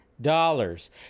dollars